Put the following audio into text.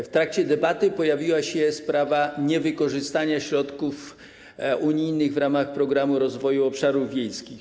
W trakcie debaty pojawiła się sprawa niewykorzystania środków unijnych w ramach Programu Rozwoju Obszarów Wiejskich.